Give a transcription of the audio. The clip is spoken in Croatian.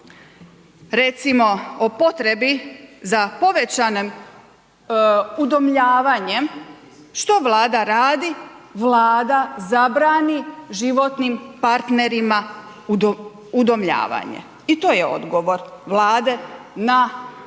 recimo o potrebi za povećanim udomljavanjem, što Vlada radi?, Vlada zabrani životnim partnerima udomljavanje. I to je odgovor Vlade na sve